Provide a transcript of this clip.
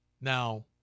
Now